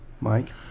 Mike